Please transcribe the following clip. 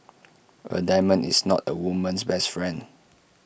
A diamond is not A woman's best friend